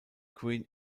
queen